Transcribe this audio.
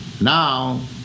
Now